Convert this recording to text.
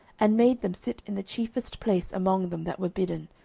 and made them sit in the chiefest place among them that were bidden,